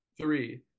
Three